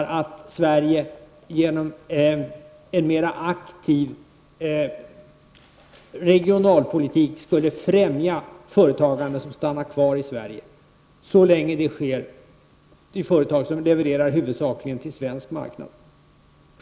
Vi inom miljöpartiet menar att en mera aktiv regionalpolitik skulle främja sådant företagande som stannar kvar i Sverige och som levererar huvudsakligen till den svenska marknaden.